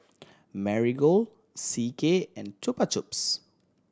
Marigold C K and Chupa Chups